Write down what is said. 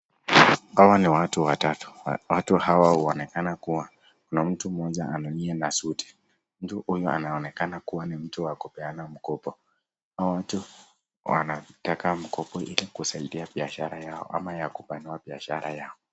Hawa ni watu watatu watu hawa wanaonekana kuna mtu moja aliye na suti, mtu huyu anaonekana ni mtu wa kupeana mkopo, hawa watu wanataka mkopo ilikusaidia biashara, yao ama ya kupanua biashara yao.